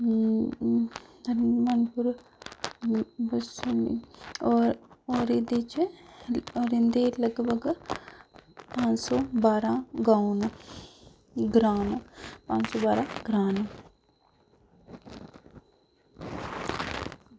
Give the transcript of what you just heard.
महानपुर बसोहली होर एह्दे च लगभग पंज सौ बारहां गांव न ग्रांऽ न पंज सौ बारहां ग्रांऽ न